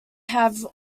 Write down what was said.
have